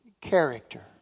character